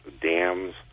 dams